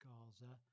Gaza